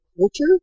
culture